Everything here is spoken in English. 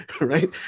right